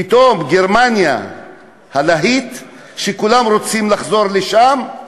פתאום גרמניה הלהיט שכולם רוצים לחזור לשם,